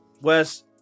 Wes